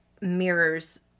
mirrors